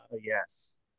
yes